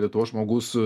lietuvos žmogus